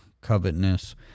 covetousness